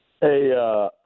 Hey